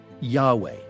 Yahweh